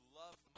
love